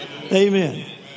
Amen